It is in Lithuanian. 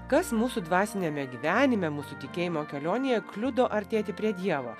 kas mūsų dvasiniame gyvenime mūsų tikėjimo kelionėje kliudo artėti prie dievo